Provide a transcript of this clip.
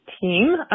team